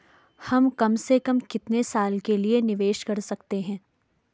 हम कम से कम कितने साल के लिए निवेश कर सकते हैं?